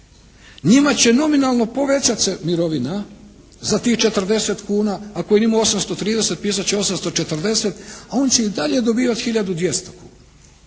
Njima će nominalno povećat se mirovina za tih 40 kuna ako je imao 830 pisati će 840 a on će i dalje dobivati hiljadu